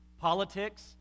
Politics